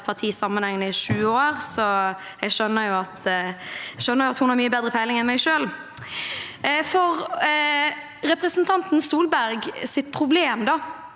parti sammenhengende i 20 år, så jeg skjønner jo at hun har mye bedre peiling enn jeg har. Representanten Solbergs problem er